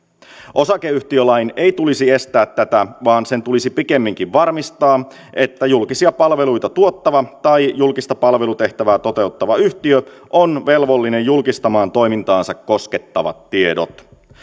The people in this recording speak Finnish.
osakeyhtiölain ei tulisi estää tätä vaan sen tulisi pikemminkin varmistaa että julkisia palveluita tuottava tai julkista palvelutehtävää toteuttava yhtiö on velvollinen julkistamaan toimintaansa koskettavat tiedot